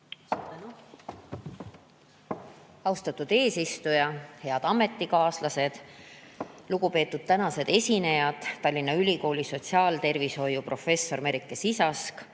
Austatud eesistuja! Head ametikaaslased! Lugupeetud tänased esinejad: Tallinna Ülikooli sotsiaaltervishoiu professor Merike Sisask,